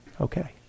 Okay